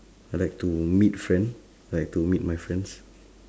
I like to meet friend like to meet my friends